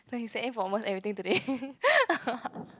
when he say A for almost everything today